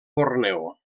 borneo